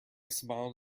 smiled